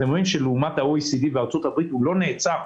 אתם רואים שלעומת ה-OECD וארצות הברית הוא לא נעצר,